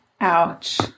Ouch